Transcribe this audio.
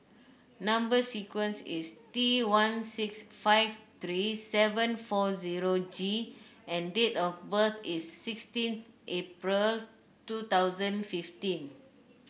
number sequence is T one six five three seven four zero G and date of birth is sixteen April two thousand fifteen